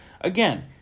again